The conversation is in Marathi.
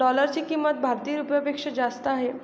डॉलरची किंमत भारतीय रुपयापेक्षा जास्त आहे